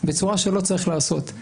בצורה שלא צריך לעשות.